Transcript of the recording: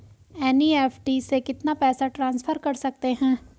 NEFT से कितना पैसा ट्रांसफर कर सकते हैं?